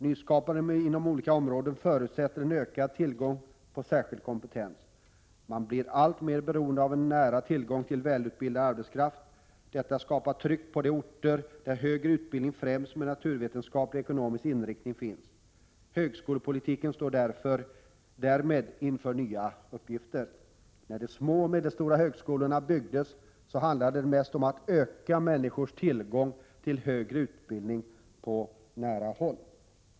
Nyskapande inom olika områden förutsätter en ökad tillgång på särskild kompetens. Man blir alltmer beroende av nära tillgång till välutbildad arbetskraft. Detta skapar tryck på de orter där högre utbildning, främst med naturvetenskaplig/ekonomisk inriktning, finns. Högskolepolitiken står därmed inför nya uppgifter. När de små och medelstora högskolorna byggdes handlade det mest om att öka människors tillgång till högre utbildning på nära håll.